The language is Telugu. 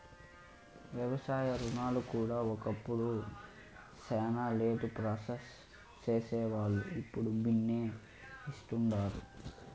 వ్యవసాయ రుణాలు కూడా ఒకప్పుడు శానా లేటుగా ప్రాసెస్ సేసేవాల్లు, ఇప్పుడు బిన్నే ఇస్తుండారు